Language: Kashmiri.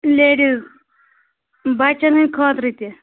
لیڈیٖز بَچن ہٕنٛدۍ خٲطرٕ تہِ